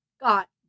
got